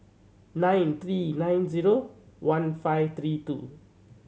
nine three nine Genome one five three two